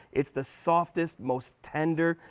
it's the softest, most tender.